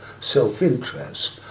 self-interest